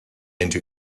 into